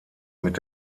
mit